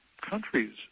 countries